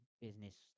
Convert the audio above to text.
business